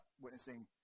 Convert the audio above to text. witnessing